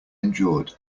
endured